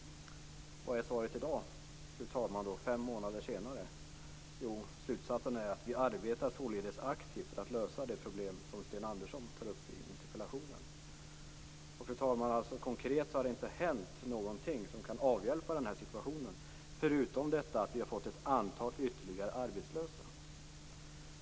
Vad är svaret i dag, fru talman, fem månader senare? Jo, slutsatsen är: "Vi arbetar således aktivt för att lösa det problem som Sten Andersson tar upp." Fru talman! Konkret har det alltså inte hänt någonting som kan avhjälpa den här situationen, förutom detta att vi har fått ett ytterligare antal arbetslösa.